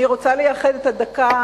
אני רוצה לייחד את הדקה